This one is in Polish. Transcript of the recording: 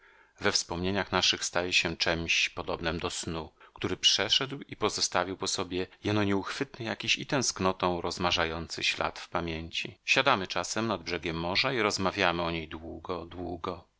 we wspomnieniach naszych staje się czemś podobnem do snu który przeszedł i pozostawił po sobie jeno nieuchwytny jakiś i tęsknotą rozmarzający ślad w pamięci siadamy czasem nad brzegiem morza i rozmawiamy o niej długo długo